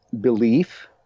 belief